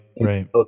right